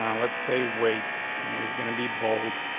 um let's say wait is gonna be bold.